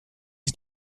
ich